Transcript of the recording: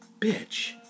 bitch